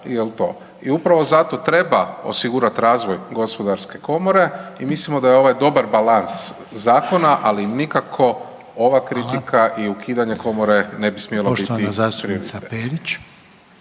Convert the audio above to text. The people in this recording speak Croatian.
I upravo zato treba osigurati razvoj gospodarske komore i mislimo da je ovo dobar balans zakona ali nikako ova kritika i ukidanje komore …/Upadica: Hvala./…